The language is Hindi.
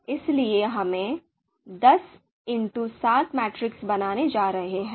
इसलिए हम 10x7 मैट्रिक्स बनाने जा रहे हैं